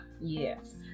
Yes